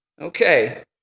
okay